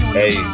hey